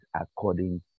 according